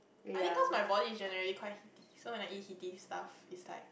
I think cause my body is generally quite heaty so when I eat heaty stuff it's like